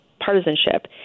partisanship